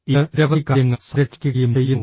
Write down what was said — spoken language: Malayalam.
ഇത് നിരവധി കാര്യങ്ങൾ സംരക്ഷിക്കുകയും ചെയ്യുന്നു